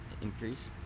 increase